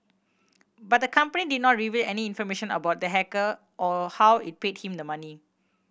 but the company did not reveal any information about the hacker or how it paid him the money